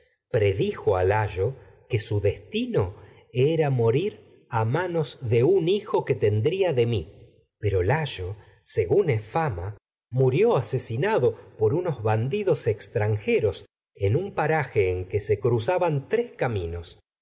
predijo a layo que era des tino morir a manos de un hijo que tendría de mí pero layo según es fama en un murió paraje asesinado por unos en bandidos tres extranjeros que se cruzaban caminos